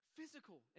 Physical